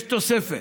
יש תוספת,